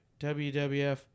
WWF